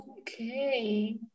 okay